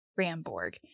Ramborg